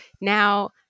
now